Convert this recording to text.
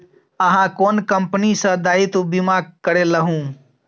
अहाँ कोन कंपनी सँ दायित्व बीमा करेलहुँ